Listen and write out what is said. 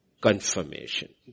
confirmation